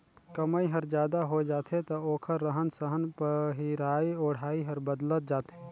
कमई हर जादा होय जाथे त ओखर रहन सहन पहिराई ओढ़ाई हर बदलत जाथे